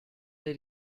did